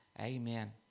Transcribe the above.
Amen